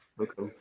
Okay